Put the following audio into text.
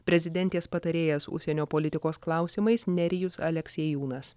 prezidentės patarėjas užsienio politikos klausimais nerijus aleksiejūnas